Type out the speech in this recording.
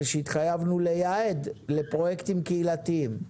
שהתחייבנו לייעד לפרויקטים קהילתיים.